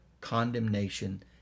condemnation